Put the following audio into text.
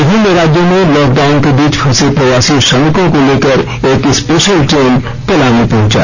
विभिन्न राज्यों में लॉकडाउन के बीच फंसे प्रवासी श्रमिकों को लेकर एक श्रमिक स्पेशल ट्रेन पलामू पहंचा